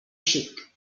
xic